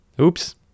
Oops